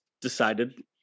decided